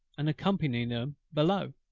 and accompany them below.